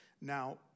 Now